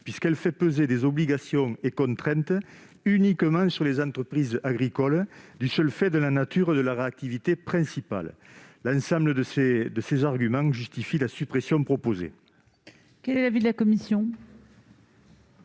puisqu'elle fait peser des obligations et contraintes uniquement sur les entreprises agricoles du seul fait de la nature de leur activité principale. Tels sont les motifs qui justifient cet amendement. Quel est l'avis de la commission ?